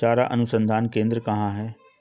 चारा अनुसंधान केंद्र कहाँ है?